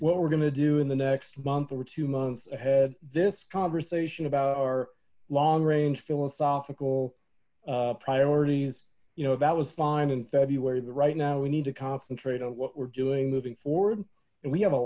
what we're gonna do in the next month or two months ahead this conversation about our long range philosophical priorities you know that was fine in february but right now we need to concentrate on what we're doing moving forward and we